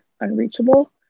unreachable